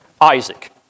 Isaac